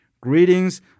Greetings